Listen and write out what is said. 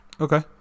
Okay